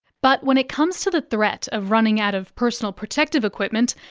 but when it comes to the threat of running out of personal protective equipment,